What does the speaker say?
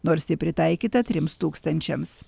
nors ji pritaikyta trims tūkstančiams